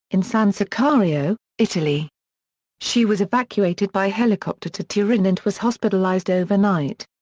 in san sicario, italy she was evacuated by helicopter to turin and was hospitalized overnight.